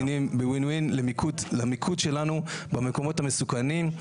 ב-win-win למיקוד שלנו במקומות המסוכנים,